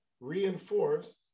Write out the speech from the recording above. reinforce